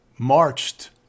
marched